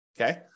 Okay